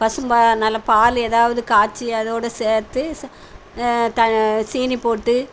பசும்பால் நல்ல பால் ஏதாவது காய்ச்சி அதோடு சேர்த்து ச த சீனி போட்டு